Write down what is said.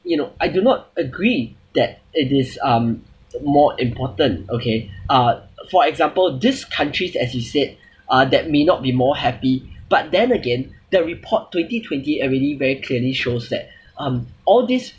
you know I do not agree that it is um more important okay uh for example these countries as he said uh that may not be more happy but then again the report twenty twenty already very clearly shows that um all these